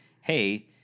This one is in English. hey